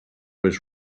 was